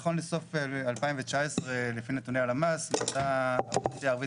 נכון לסוף 2019 לפי נתוני הלמ"ס מנתה האוכלוסייה הערבית